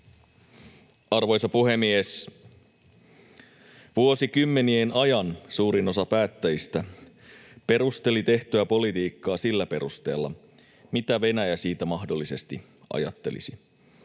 Arvoisa puhemies! Vuosikymmenien ajan suurin osa päättäjistä perusteli tehtyä politiikkaa sillä perusteella, mitä Venäjä siitä mahdollisesti ajattelisi.